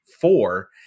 four